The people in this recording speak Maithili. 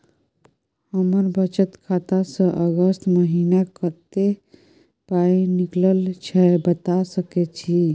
हमर बचत खाता स अगस्त महीना कत्ते पाई निकलल छै बता सके छि?